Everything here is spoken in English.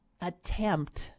attempt